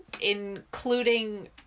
including